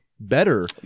better